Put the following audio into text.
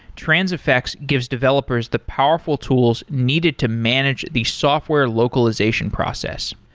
transifex gives developers the powerful tools needed to manage the software localization process.